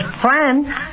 friend